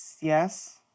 Yes